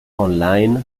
online